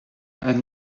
and